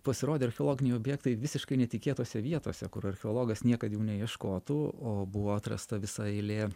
pasirodė archeologiniai objektai visiškai netikėtose vietose kur archeologas niekad jų neieškotų o buvo atrasta visa eilė